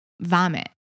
vomit